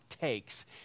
takes